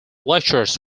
lectures